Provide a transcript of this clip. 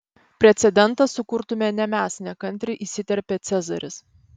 precedentą sukurtume ne mes nekantriai įsiterpė cezaris